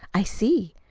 i see.